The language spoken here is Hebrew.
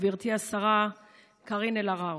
גברתי השרה קארין אלהרר,